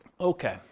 Okay